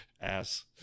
ass